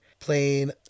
Playing